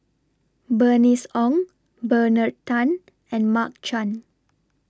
Bernice Ong Bernard Tan and Mark Chan